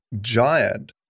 giant